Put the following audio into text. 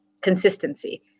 consistency